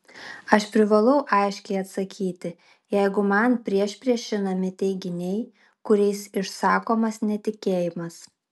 aš privalau aiškiai atsakyti jeigu man priešpriešinami teiginiai kuriais išsakomas netikėjimas